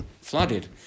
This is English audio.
flooded